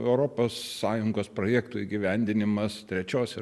europos sąjungos projektų įgyvendinimas trečiose